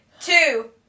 two